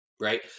right